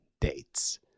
dates